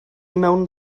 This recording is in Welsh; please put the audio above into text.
mewn